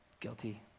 Guilty